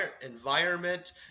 environment